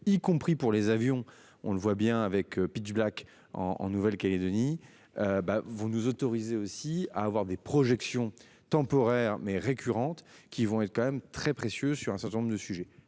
y compris pour les avions, on le voit bien avec Pitch Black en en Nouvelle Calédonie. Bah vous nous autorisez aussi à avoir des projections temporaire mais récurrentes qui vont être quand même très précieux sur un certain nombre de sujets